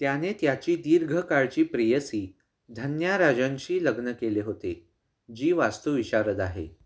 त्याने त्याची दीर्घकाळची प्रेयसी धन्या राजनशी लग्न केले होते जी वास्तुविशारद आहे